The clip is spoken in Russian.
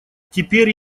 теперь